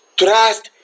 trust